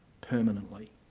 permanently